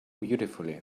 beautifully